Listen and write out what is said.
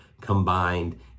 combined